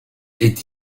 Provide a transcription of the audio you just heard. est